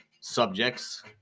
subjects